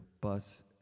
bus